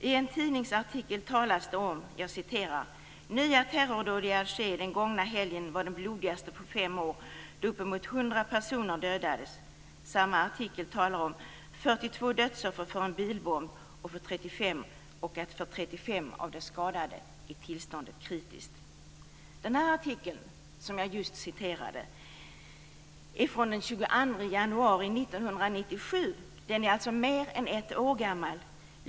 I en tidningsartikel talas det om följande: "Nya terrordåd i Alger den gångna helgen var de blodigaste på fem år. Uppemot 100 personer dödades." Samma artikel talar om 42 dödsoffer för en bilbomb och att för 35 av de skadade är tillståndet kritiskt. Den just citerade artikeln är från den 22 januari 1997. Den är alltså mer än ett år gammal.